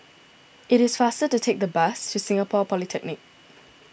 it is faster to take the bus to Singapore Polytechnic